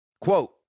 Quote